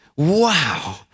Wow